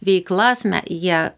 veiklas me jie